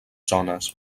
zones